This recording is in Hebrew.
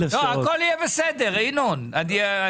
היישוב לא קיבל יותר הכנסות.